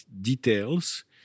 details